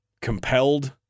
compelled